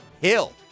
Hill